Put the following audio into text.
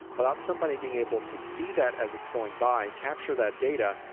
without somebody being able to see that as it's going by? capture that data,